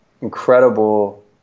incredible